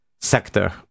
sector